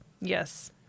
Yes